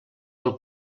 del